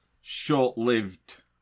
short-lived